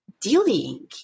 dealing